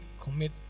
commit